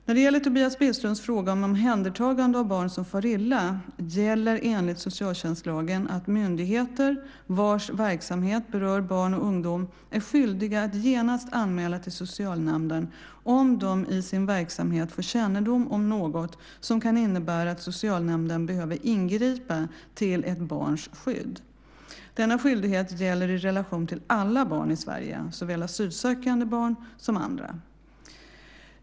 När det gäller Tobias Billströms fråga om omhändertagande av barn som far illa, gäller enligt socialtjänstlagen att myndigheter vars verksamhet berör barn och ungdom är skyldiga att genast anmäla till socialnämnden om de i sin verksamhet får kännedom om något som kan innebära att socialnämnden behöver ingripa till ett barns skydd. Denna skyldighet gäller i relation till alla barn i Sverige, såväl asylsökande barn som andra.